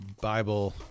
Bible